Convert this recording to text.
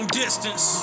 distance